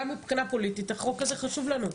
גם מבחינה פוליטית החוק הזה חשוב לנו,